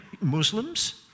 Muslims